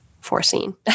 foreseen